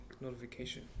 notification